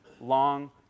Long